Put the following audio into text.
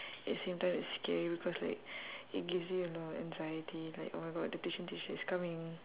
at the same time it's scary because like it gives you you know anxiety like oh my god the tuition teacher is coming